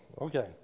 Okay